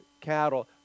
cattle